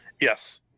Yes